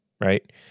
right